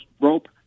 rope